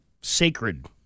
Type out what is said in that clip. sacred